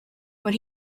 when